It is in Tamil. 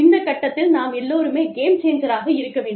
இந்த கட்டத்தில் நாம் எல்லோருமே கேம் சேஞ்சராக இருக்க வேண்டும்